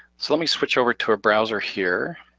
so let me switch over to a browser here.